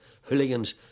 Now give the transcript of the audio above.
hooligans